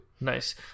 nice